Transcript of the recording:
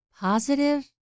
positive